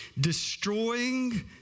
destroying